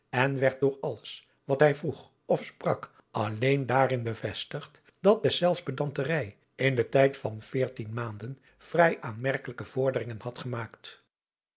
en werd door alles wat hij vroeg of sprak alleen daarin bevestigd dat deszelfs pedanterij in den tijd van veertien maanden vrij aanmerkelijke vorderingen had gemaakt